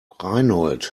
reinhold